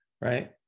right